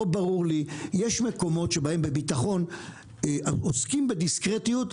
יש מקומות שבהם עוסקים בדיסקרטיות בביטחון,